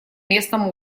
местном